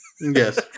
yes